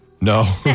No